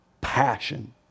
passion